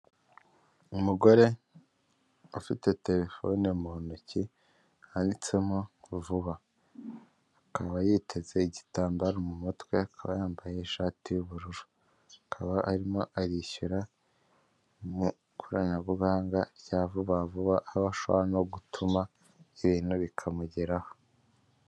Umugore ufite terefone mu ntoki, handitsemo vuba, akaba yiteze igitambaro mu mutwe, akaba yambaye ishati y'ubururu, akaba arimo arishyura mu ikoranabuhanga rya vuba vuba, aho ashobora no gutuma ibintu bikamugeraho.